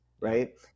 right